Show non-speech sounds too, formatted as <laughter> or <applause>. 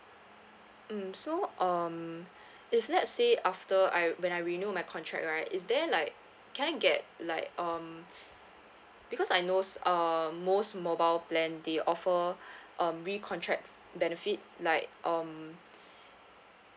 mm so um <breath> if let's say after I when I renew my contract right is there like can I get like um <breath> because I knows uh most mobile plan they offer <breath> um recontracts benefit like um <breath>